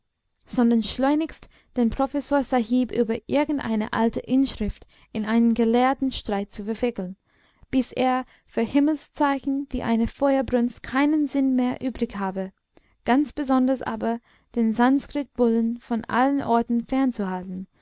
sondern schleunigst den professor sahib über irgendeine alte inschrift in einen gelehrten streit zu verwickeln bis er für himmelszeichen wie eine feuersbrunst keinen sinn mehr übrig habe ganz besonders aber den sanskritbullen von allen orten fernzuhalten